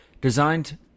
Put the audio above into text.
Designed